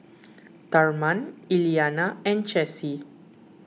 therman Elianna and Chessie